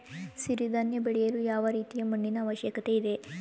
ಸಿರಿ ಧಾನ್ಯ ಬೆಳೆಯಲು ಯಾವ ರೀತಿಯ ಮಣ್ಣಿನ ಅವಶ್ಯಕತೆ ಇದೆ?